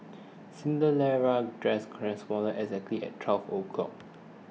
cinderella's dress exactly at twelve o'clock